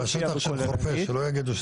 יש פה מצוקות שלא עלו כאן.